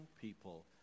people